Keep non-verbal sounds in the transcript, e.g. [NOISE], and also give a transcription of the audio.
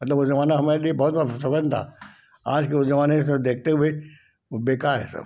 मतलब वो जमाना हमारे लिए बहुत [UNINTELLIGIBLE] था आज के उस जमाने जैसा देखते हुए बेकार है सब